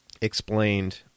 explained